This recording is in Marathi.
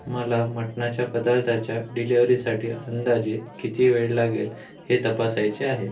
मला मटनाच्या पदाल्ताच्या डिलेवरीसाठी अंदाजे किती वेळ लागेल हे तपासायचे आहे